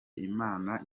imana